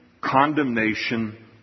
condemnation